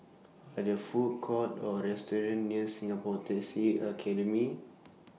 Are There Food Courts Or restaurants near Singapore Taxi Academy